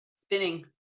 Spinning